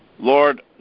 Lord